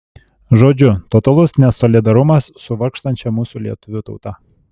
žodžiu totalus nesolidarumas su vargstančia mūsų lietuvių tauta